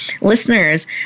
listeners